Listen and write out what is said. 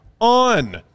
on